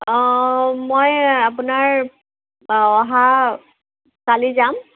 অঁ মই আপোনাৰ অহা কালি যাম